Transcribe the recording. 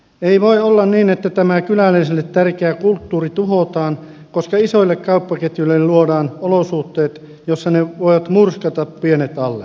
ei voi olla niin että tämä kyläläisille tärkeä kulttuuri tuhotaan koska isoille kauppaketjuille luodaan olosuhteet joissa ne voivat murskata pienet alleen